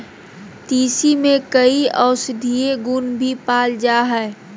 तीसी में कई औषधीय गुण भी पाल जाय हइ